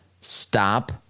stop